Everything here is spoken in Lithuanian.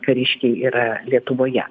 kariškiai yra lietuvoje